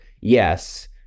Yes